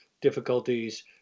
difficulties